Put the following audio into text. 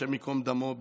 השם ייקום דמו,